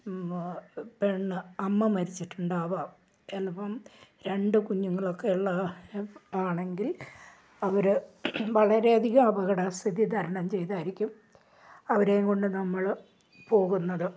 പെണ്ണ് അമ്മ മരിച്ചിട്ടുണ്ടാവാം ചിലപ്പം രണ്ട് കുഞ്ഞുങ്ങൾ ഒക്കെയുള്ളത് ആണെങ്കിൽ അവർ വളരെയധികം അപകട സ്ഥിതി തരണം ചെയ്തായിരിക്കും അവരേയും കൊണ്ട് നമ്മൾ പോകുന്നത്